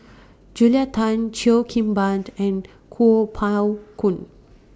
Julia Tan Cheo Kim Ban and Kuo Pao Kun